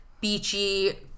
beachy